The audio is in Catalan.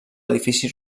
edifici